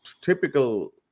typical